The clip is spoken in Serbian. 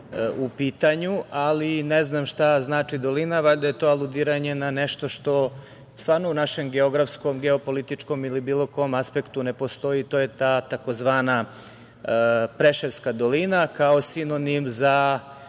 u pitanju, ali ne znam šta znači „Dolina“? Valjda je to aludiranje na nešto što stvarno u našem geografskom, geopolitičkom ili bilo kom aspektu ne postoji, a to je ta tzv. preševska dolina, kao sinonim za